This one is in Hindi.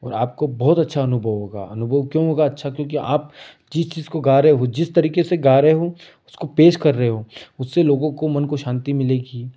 और आपको बहुत अच्छा अनुभव होगा अनुभव क्यों होगा अच्छा क्योंकि आप जिस चीज़ को गा रहे हो जिस तरीके से गा रहे हो उसको पेश कर रहे हो उससे लोगों को मन को शांति मिलेगी